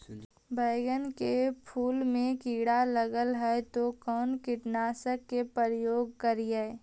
बैगन के फुल मे कीड़ा लगल है तो कौन कीटनाशक के प्रयोग करि?